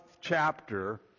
chapter